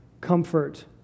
comfort